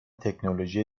تکنولوژی